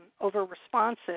over-responsive